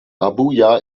abuja